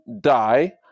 die